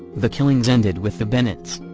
the killings ended with the bennett's.